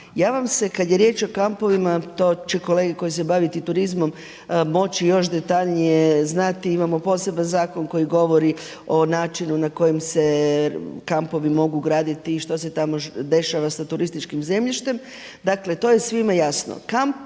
Ja vam se kad je riječ o kampovima, to će kolege koje se bave turizmom moći još detaljnije znati, imamo poseban zakon koji govori o načinu na koji se kampovi mogu graditi, što se tamo dešava sa turističkim zemljište, dakle to je svima jasno. Kampovi